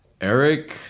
Eric